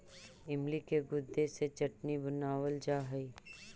इमली के गुदे से चटनी बनावाल जा हई